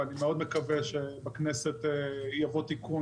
ואני מאוד מקווה שבכנסת יבוא תיקון